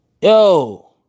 Yo